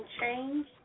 change